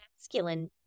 masculine